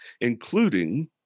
including